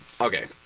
Okay